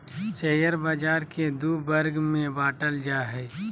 share बाज़ार के दू वर्ग में बांटल जा हइ